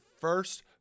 first